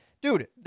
dude